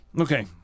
Okay